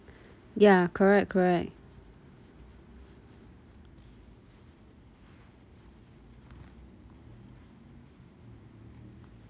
ya correct correct